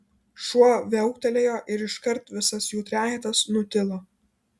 šuo viauktelėjo ir iškart visas jų trejetas nutilo